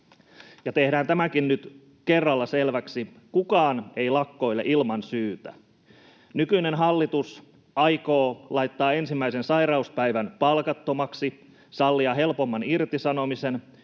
tehdään tämäkin nyt kerralla selväksi: kukaan ei lakkoile ilman syytä. Nykyinen hallitus aikoo laittaa ensimmäisen sairauspäivän palkattomaksi, sallia helpomman irtisanomisen,